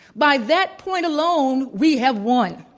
by that point alone, we have won.